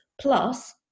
plus